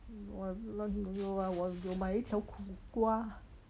我乱我没有我有买一条苦瓜:wo you mai yi tiao ku gua